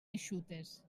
eixutes